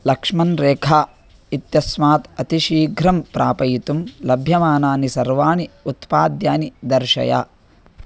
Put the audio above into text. लक्ष्मणरेखा इत्यस्मात् अतिशीघ्रं प्रापयितुं लभ्यमानानि सर्वाणि उत्पाद्यानि दर्शय